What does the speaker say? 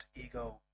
ego